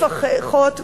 לפחות,